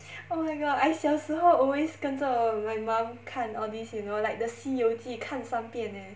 oh my god I 小时候 always 跟着 my mum 看 all these you know like the 西游记看三篇 leh